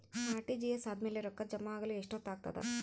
RTGS ಆದ್ಮೇಲೆ ರೊಕ್ಕ ಜಮಾ ಆಗಲು ಎಷ್ಟೊತ್ ಆಗತದ?